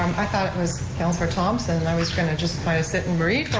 um i thought it was councilor thomson and i was trying to just kind of sit and read for